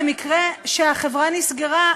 במקרה שהחברה נסגרה,